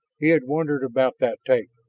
he had wondered about that tape.